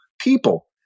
people